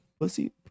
Pussy